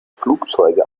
flugzeuge